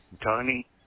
Tony